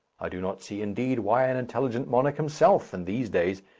i do not see, indeed, why an intelligent monarch himself, in these days,